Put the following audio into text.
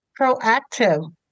Proactive